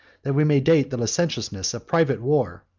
that we may date the licentiousness of private war,